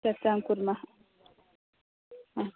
चर्चां कुर्मः हा